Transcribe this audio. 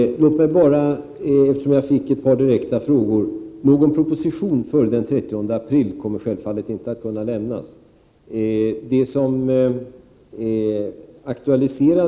Herr talman! Låt mig bara säga ett par ord, eftersom jag fick ett par direkta frågor. Någon proposition kommer självfallet inte att kunna lämnas före den 30 april.